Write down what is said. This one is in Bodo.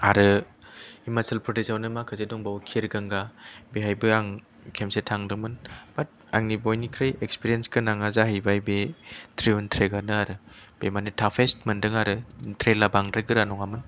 आरो हिमाचल प्रदेशावनो माखासे दंबावो खिरगंगा बेहायबो आं खेमसे थांदोंमोन बाट आंनि बयनिख्रोइ एक्सपिरीयेनस गोनांआ जाहैबाय ट्रिउन ट्रेक आनो आरो बे माने टाफेस्थ मोनदों आरो ट्रेला बांद्राय गोरा नङामोन